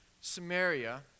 Samaria